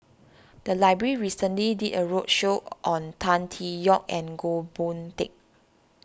the library recently did a roadshow on Tan Tee Yoke and Goh Boon Teck